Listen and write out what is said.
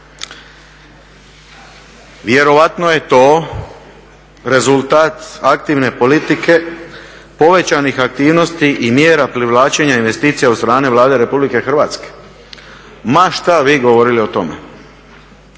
Vjerojatno je to rezultat aktivne politike povećanih aktivnosti i mjera privlačenja investicija od strane Vlade RH ma što vi govorili o tome.